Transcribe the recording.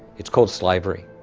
it's called slavery.